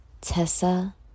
Tessa